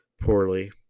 poorly